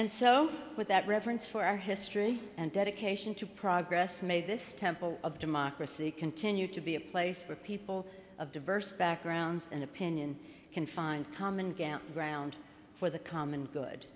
and so with that reverence for our history and dedication to progress made this temple of democracy continues to be a place where people of diverse backgrounds and opinion can find common gap ground for the common good